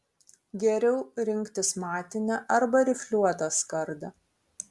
geriau rinktis matinę arba rifliuotą skardą